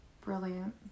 Brilliant